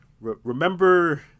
Remember